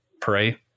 Pray